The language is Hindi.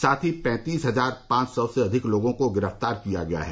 साथ ही पैंतीस हजार पांच सौ से अधिक लोगों को गिरफ्तार किया गया है